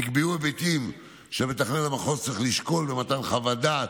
נקבעו היבטים שמתכנן המחוז צריך לשקול במתן חוות דעת,